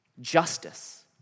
justice